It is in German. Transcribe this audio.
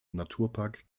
naturpark